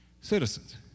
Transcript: citizens